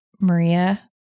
Maria